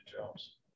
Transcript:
jobs